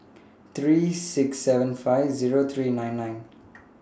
three six seven five Zero three nine nine